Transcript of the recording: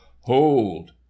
hold